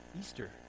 Easter